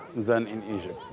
than in egypt.